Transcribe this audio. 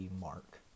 mark